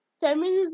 feminism